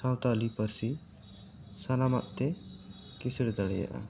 ᱥᱟᱱᱛᱟᱲᱤ ᱯᱟᱹᱨᱥᱤ ᱥᱟᱱᱟᱢᱟᱜ ᱛᱮ ᱠᱤᱥᱟᱹᱬ ᱫᱟᱲᱮᱭᱟᱜᱼᱟ